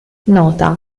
nota